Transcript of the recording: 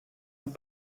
noch